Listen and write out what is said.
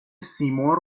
سیمرغ